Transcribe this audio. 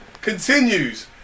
continues